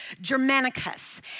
Germanicus